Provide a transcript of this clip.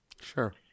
Sure